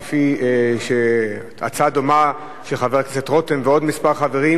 כפי שהציעו בהצעה דומה חבר הכנסת רותם ועוד כמה חברים,